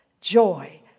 joy